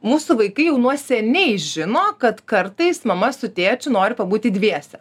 mūsų vaikai jau nuo seniai žino kad kartais mama su tėčiu nori pabūti dviese